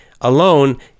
alone